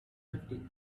nifty